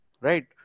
right